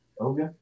Okay